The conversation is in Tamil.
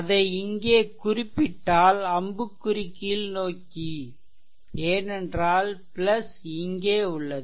அதை இங்கே குறிப்பிட்டால் அம்புக்குறி கீழ்நோக்கி ஏனென்றால் இங்கே உள்ளது